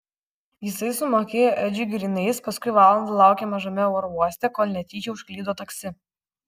jisai sumokėjo edžiui grynais paskui valandą laukė mažame oro uoste kol netyčia užklydo taksi